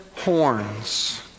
horns